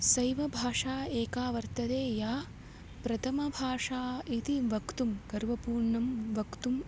सैव भाषा एका वर्तते या प्रथमभाषा इति वक्तुं गर्वपूर्णा वक्तुम्